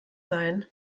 sein